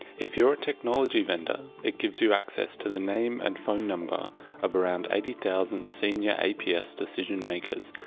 if you're a technology vendor, it gives you access to the name and phone number of around eighty thousand senior aps decision makers.